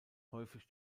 häufig